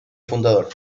fundador